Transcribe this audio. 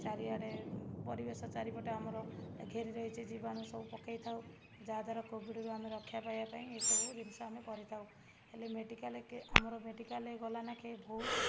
ଚାରିଆଡ଼େ ପରିବେଶ ଚାରିପଟେ ଆମର ଘେରି ରହିଛି ଜୀବାଣୁ ସବୁ ପକାଇଥାଉ ଯାହାଦ୍ଵାରା କୋଭିଡ଼ରୁ ଆମର ରକ୍ଷା ପାଇବା ପାଇଁ ଏଇସବୁ ଜିନିଷ ଆମେ କରିଥାଉ ହେଲେ ମେଡ଼ିକାଲ କେ ଆମର ମେଡ଼ିକାଲରେ ଗଲା ନାଖେ ବହୁତ